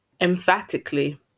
emphatically